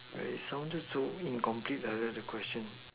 wait it sounded so incomplete like that the question